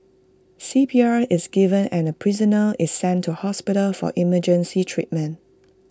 C P R is given and prisoner is sent to hospital for emergency treatment